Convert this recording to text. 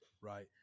right